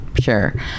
sure